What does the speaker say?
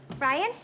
Ryan